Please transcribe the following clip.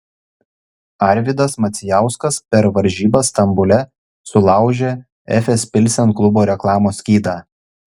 arvydas macijauskas per varžybas stambule sulaužė efes pilsen klubo reklamos skydą